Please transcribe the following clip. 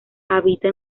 habita